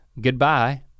goodbye